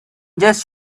just